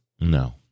No